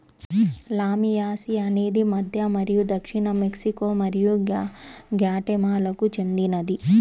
లామియాసి అనేది మధ్య మరియు దక్షిణ మెక్సికో మరియు గ్వాటెమాలాకు చెందినది